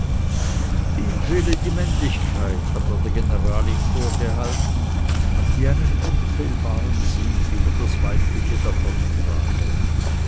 ihm fehle die männlichkeit hatte der general ihm vorgehalten die einen unfehlbaren sieg über das weibliche